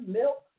milk